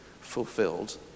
fulfilled